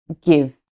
give